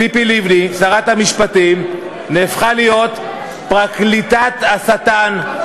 ציפי לבני, שרת המשפטים, הפכה להיות פרקליטת השטן.